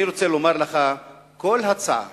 אני רוצה לומר לך שכל הצעה